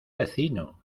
vecino